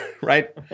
right